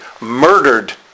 Murdered